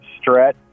Stretch